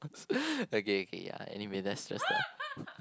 okay okay ya anyway that's just the